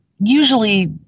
usually